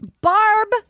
Barb